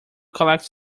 collects